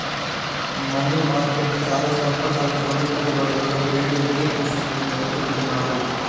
money market చాలా స్వల్పకాలిక రుణ పెట్టుబడులలో ట్రేడింగ్ను సూచిస్తుందని చెబుతున్నారు